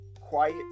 quiet